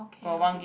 okay okay